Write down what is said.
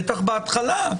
בטח בהתחלה,